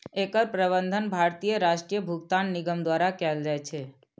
एकर प्रबंधन भारतीय राष्ट्रीय भुगतान निगम द्वारा कैल जाइ छै